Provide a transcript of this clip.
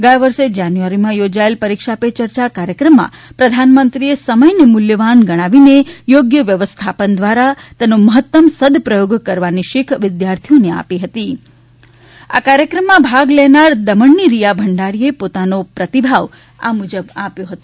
ગયા વર્ષે જાન્યુઆરીમાં યોજાયેલા પરીક્ષા પે ચર્ચા કાર્યક્રમમાં પ્રધાનમંત્રીએ સમયને મૂલ્યવાન ગણાવીને યોગ્ય વ્યવસ્થાપન દ્રારા તેનો મહત્તમ સદપ્રયોગ કરવાની શીખ વિદ્યાર્થીઓને આપી હતી આ કાર્યક્રમમાં ભાગ લેનાર દમણની રિયા ભંડારીએ પોતાનો પ્રતિભાવ આ મુજબ આપ્યો હતો